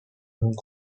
hong